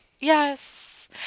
Yes